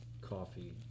coffee